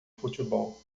futebol